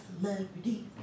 Celebrity